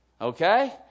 Okay